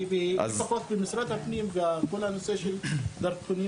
כי לפחות במשרד הפנים ובכל נושא הדרכונים